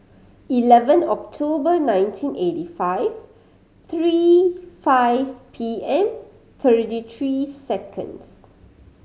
eleven October nineteen eighty five three five P M thirty three seconds